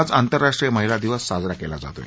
आज आंतर्राष्ट्रीय महिला दिवस साजरा केला जात आहे